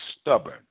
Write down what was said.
stubborn